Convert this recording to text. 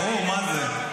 ברור, מה זה.